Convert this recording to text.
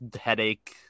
headache